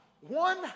One